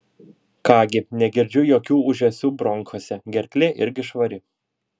ką gi negirdžiu jokių ūžesių bronchuose gerklė irgi švari